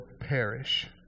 perish